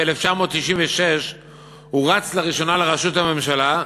בתשנ"ו 1996 הוא רץ לראשונה לראשות הממשלה,